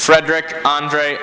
frederick andre